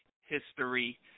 history